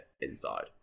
inside